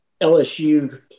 LSU